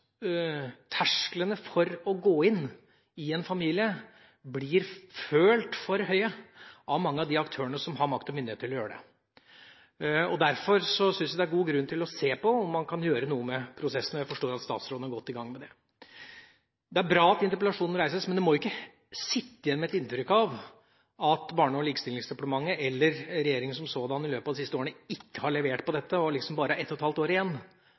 tersklene for å gripe inn overfor en familie blir følt for høye av mange av de aktørene som har makt og myndighet til å gjøre det. Derfor syns jeg det er god grunn til å se på om man kan gjøre noe med prosessene, og jeg forstår at statsråden er godt i gang med det. Det er bra at interpellasjonen reises, men det må ikke sitte igjen et inntrykk av at Barne- og likestillingsdepartementet, eller regjeringa som sådan, i løpet av de siste årene ikke har levert når det gjelder dette – og liksom bare har ett og et halvt år igjen.